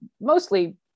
mostly